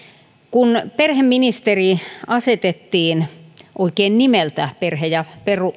kun perheministeri asetettiin oikein nimeltä perhe ja